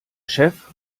chef